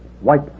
White